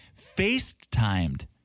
facetimed